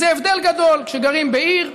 זה הבדל גדול כשגרים בעיר,